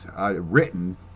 written